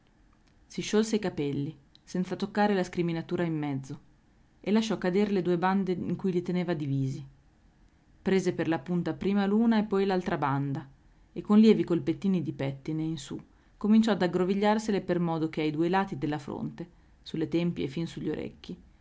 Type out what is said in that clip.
si sciolse i capelli senza toccare la scriminatura in mezzo e lasciò cader le due bande in cui li teneva divisi prese per la punta prima l'una e poi l'altra banda e con lievi colpettini di pettine in su cominciò ad aggrovigliolarsele per modo che ai due lati della fronte sulle tempie e fin sugli orecchi